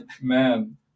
Man